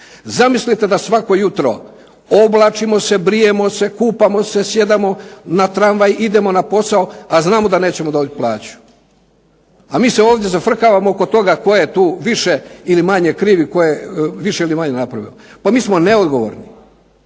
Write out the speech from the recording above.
Zamislite da svako jutro oblačimo se, brijemo se, kupamo se, sjedamo na tramvaj, idemo na posao, a znamo da nećemo dobiti plaću, a mi se ovdje zafrkavamo oko toga tko je tu više ili manje kriv i tko je više ili manje napravio. Pa mi smo neodgovorni.